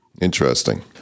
Interesting